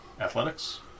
Athletics